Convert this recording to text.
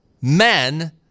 men